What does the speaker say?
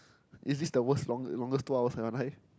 is this the worse long longest two hours of your life